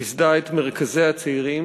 ייסדה את מרכזי הצעירים.